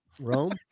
Rome